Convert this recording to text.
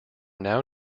now